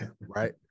right